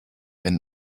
wenn